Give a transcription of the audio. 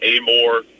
Amore